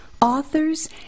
authors